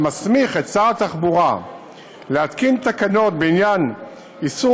מסמיך את שר התחבורה להתקין תקנות בעניין איסור